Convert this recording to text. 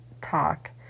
talk